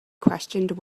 questioned